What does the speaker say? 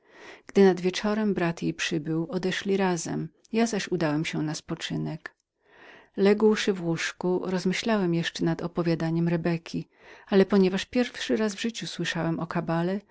gdy nad wieczorem brat jej przybył odeszli razem ja zaś udałem się na spoczynek ległszy w łóżku rozmyślałem jeszcze nad opowiadaniem rebeki ale ponieważ pierwszy raz w życiu słyszałem o kabale